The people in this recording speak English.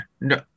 no